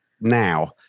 now